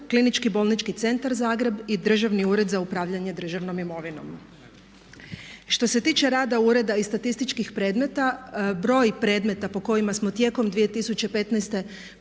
u Zagrebu, KBC Zagreb i Državni ured za upravljanje državnom imovinom. Što se tiče rada ureda i statističkih predmeta broj predmeta po kojima smo tijekom 2015.